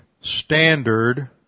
standard